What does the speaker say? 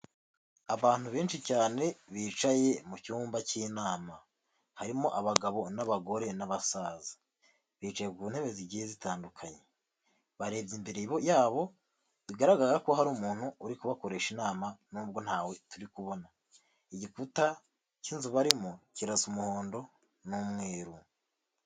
Abantu benshi cyane bicaye mu cyumba cy'inama, harimo abagabo n'abagore n'abasaza, bicaye ku ntebe zigiye zitandukanye, barebye imbere yabo bigaragara ko hari umuntu uri kubakoresha inama nubwo ntawe turi kubona, igikuta cy'inzu barimo kirasa umuhondo n'umweru.